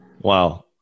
Wow